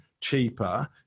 cheaper